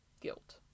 guilt